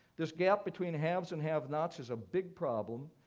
this gap between haves and have nots is a big problem,